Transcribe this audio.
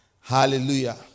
Hallelujah